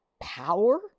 Power